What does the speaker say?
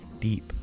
deep